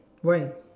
why